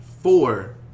Four